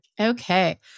Okay